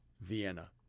Vienna